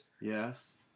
Yes